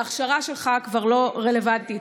ההכשרה שלך כבר לא רלוונטית.